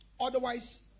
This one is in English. Otherwise